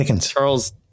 Charles